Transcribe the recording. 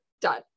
done